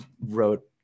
wrote